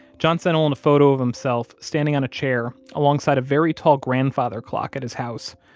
john sent olin a photo of himself standing on a chair alongside a very tall grandfather clock at his house,